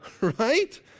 Right